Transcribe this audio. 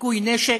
ניקוי נשק.